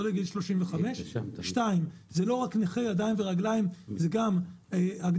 לא לגיל 35; זה לא רק נכי רגליים וידיים אלא גם הגדרות